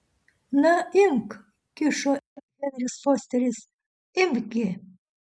na imk kišo henris fosteris imk gi